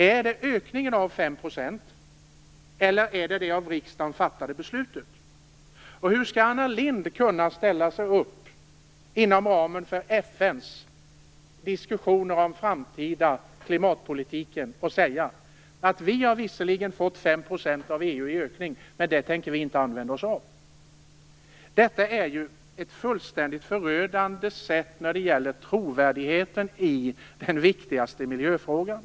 Är det ökningen med 5 % eller är det det av riksdagen fattade beslutet? Hur skall Anna Lindh kunna ställa sig upp och, inom ramen för FN:s diskussioner om framtida klimatpolitik, säga att vi har visserligen fått 5 % av EU i ökning, men det tänker vi inte använda oss av? Detta är fullständigt förödande för trovärdigheten i den viktigaste miljöfrågan.